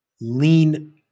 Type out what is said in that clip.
lean